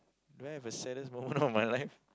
do I have a saddest moment of my life